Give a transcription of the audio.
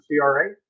CRA